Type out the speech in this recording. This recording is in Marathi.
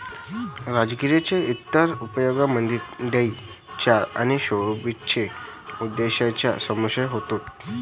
राजगिराच्या इतर उपयोगांमध्ये डाई चारा आणि शोभेच्या उद्देशांचा समावेश होतो